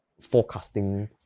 forecasting